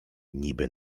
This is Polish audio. niby